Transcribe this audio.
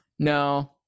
No